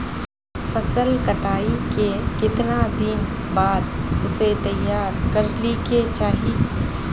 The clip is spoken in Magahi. फसल कटाई के कीतना दिन बाद उसे तैयार कर ली के चाहिए?